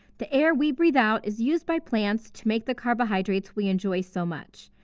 the air we breath out is used by plants to make the carbohydrates we enjoy so much.